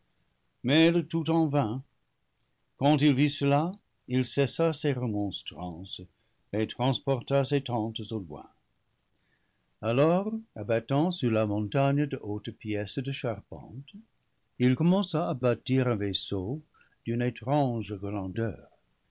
mais le tout en vain quand il vit cela il cessa ses remontrances et transporta ses tentes au loin alors abattant sur la montagne de hautes pièces de charpente il commença à bâtir un vaisseau d'une étrange grandeur